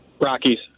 Rockies